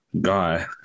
guy